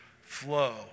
flow